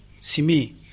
simi